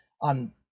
on